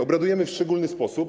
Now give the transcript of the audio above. Obradujemy w szczególny sposób.